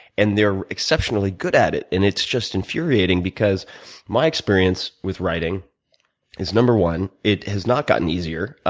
and they're exceptionally good at it. and it's just infuriating because my experience with writing is number one, it has not gotten easier,